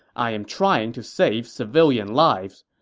i am trying to save civilian lives.